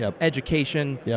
education